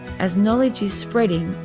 as knowledge is spreading,